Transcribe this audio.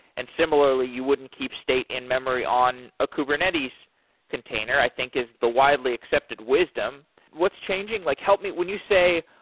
and similarly, you wouldn't keep state in memory on a kubernetes container i think is the widely accepted wisdom. what's changing? like help me when you say,